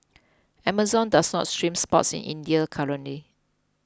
Amazon does not stream sports in India currently